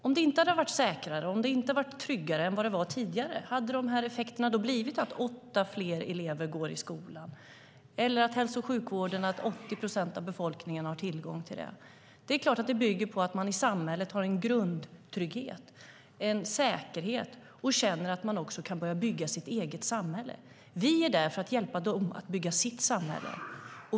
Om det inte hade varit säkrare och tryggare än det var tidigare, hade effekterna då blivit att åtta gånger fler elever går i skolan eller att 80 procent av befolkningen har tillgång till sjukvård? Det är klart att det bygger på att man i samhället har en grundtrygghet, en säkerhet, och känner att man kan börja bygga sitt eget samhälle. Vi är där för att hjälpa dem att bygga sitt samhälle.